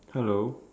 hello